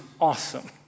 awesome